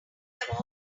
have